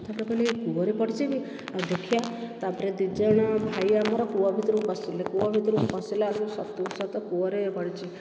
ସେଠୁ କହିଲେ କୂଅରେ ପଡିଛି କି ହୋଉ ଦେଖିବା ତାପରେ ଦିଜଣ ଭାଇ ଆମର କୂଅ ଭିତରକୁ ପଶିଲେ କୂଅ ଭିତରକୁ ପଶିଲା ବେଳକୁ ସତକୁ ସତ କୂଅରେ ପଡ଼ିଛି